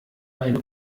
eine